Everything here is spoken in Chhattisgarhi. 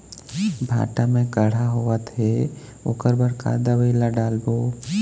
भांटा मे कड़हा होअत हे ओकर बर का दवई ला डालबो?